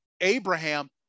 Abraham